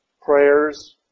prayers